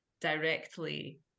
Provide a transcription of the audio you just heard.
directly